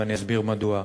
ואני אסביר מדוע.